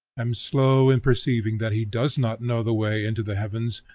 am slow in perceiving that he does not know the way into the heavens,